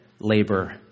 labor